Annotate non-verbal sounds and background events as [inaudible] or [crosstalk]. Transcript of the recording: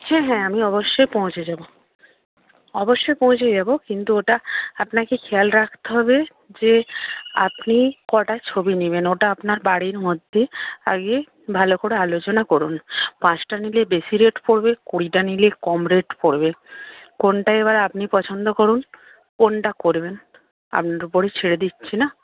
হ্যাঁ হ্যাঁ আমি অবশ্যই পৌঁছে যাব অবশ্যই পৌঁছে যাব কিন্তু ওটা আপনাকে খেয়াল রাখতে হবে যে [unintelligible] আপনি কটা ছবি নেবেন ওটা আপনার বাড়ির মধ্যেই আগে ভালো করে আলোচনা করুন পাঁচটা নিলে বেশি রেট পড়বে কুড়িটা নিলে কম রেট পড়বে কোনটা এবার আপনি পছন্দ করুন কোনটা করবেন আপনার উপরই ছেড়ে দিচ্ছি না